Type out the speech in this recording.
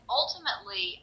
ultimately